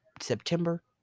September